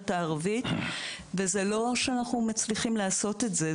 ערבית ואנחנו לא מצליחים לעשות את זה.